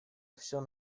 всё